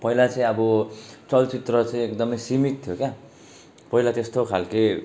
पहिला चाहिँ अब चलचित्र चाहिँ एकदमै सीमित थियो क्या पहिला त्यस्तो खालके